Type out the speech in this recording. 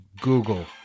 Google